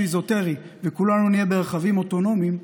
אזוטרי וכולנו נהיה ברכבים אוטונומיים,